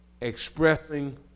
expressing